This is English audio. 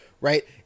right